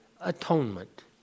atonement